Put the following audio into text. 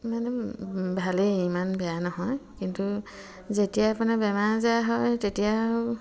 মানে ভালেই ইমান বেয়া নহয় কিন্তু যেতিয়া আপোনাৰ বেমাৰ আজাৰ হয় তেতিয়া আৰু